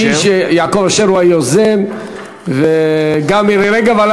יעקב אשר הוא היוזם וגם מירי רגב,